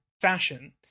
fashion